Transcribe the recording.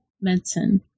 medicine